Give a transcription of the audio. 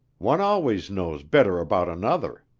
one always knows better about another.